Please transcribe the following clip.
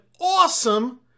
awesome